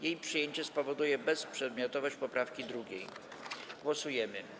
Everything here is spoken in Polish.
Jej przyjęcie spowoduje bezprzedmiotowość poprawki 2. Głosujemy.